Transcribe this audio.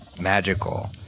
magical